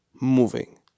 moving